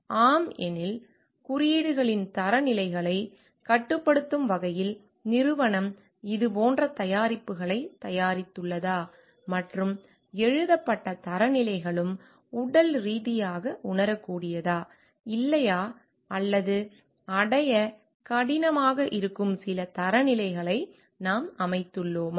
ஆம் எனில் குறியீடுகளின் தரநிலைகளை கட்டுப்படுத்தும் வகையில் நிறுவனம் இதுபோன்ற தயாரிப்புகளை தயாரித்துள்ளதா மற்றும் எழுதப்பட்ட தரநிலைகளும் உடல் ரீதியாக உணரக்கூடியதா இல்லையா அல்லது அடைய கடினமாக இருக்கும் சில தரநிலைகளை நாம் அமைத்துள்ளோமா